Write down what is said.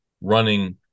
running